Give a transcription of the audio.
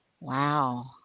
Wow